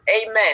Amen